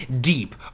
deep